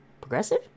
Progressive